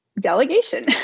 delegation